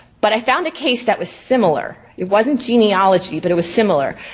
but i found a case that was similar. it wasn't genealogy, but it was similar.